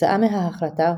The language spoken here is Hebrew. כתוצאה מההחלטה,